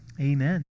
Amen